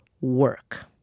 work